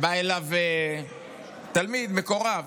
בא אליו תלמיד מקורב